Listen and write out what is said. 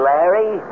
Larry